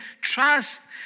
trust